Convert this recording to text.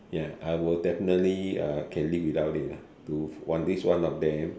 ya I will definitely uh can live without it lah to at least one of them